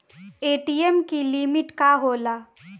ATM की limit का होला?